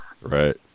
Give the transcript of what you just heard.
Right